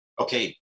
Okay